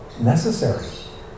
necessary